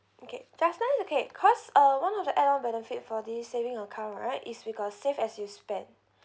okay just now okay cause uh one of the airmiles benefits for this saving account right is you got save as you spend